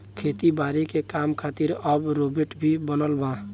खेती बारी के काम खातिर अब रोबोट भी बनल बा